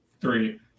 three